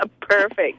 Perfect